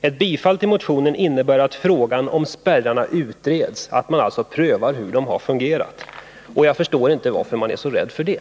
Ett bifall till motionen innebär att frågan om spärrarna utreds, att man alltså prövar hur de har fungerat. Jag förstår inte varför man är så rädd för det.